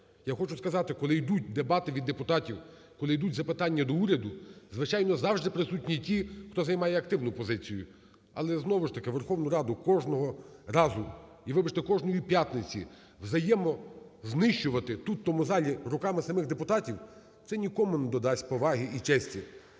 я хочу сказати, коли ідуть дебати від депутатів, коли ідуть запитання до уряду, звичайно завжди присутні ті, хто займає активну позицію. Але знову ж таки, Верховну Раду кожного разу і, вибачте, кожної п'ятниці взаємознищувати тут в цьому залі руками самих депутатів, це нікому не додасть поваги і честі.